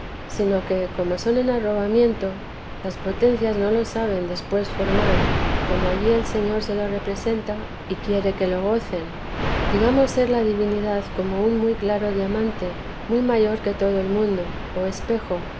sino que como son en arrobamiento las potencias no lo saben después formar como allí el señor se lo representa y quiere que lo gocen digamos ser la divinidad como un muy claro diamante muy mayor que todo el mundo o espejo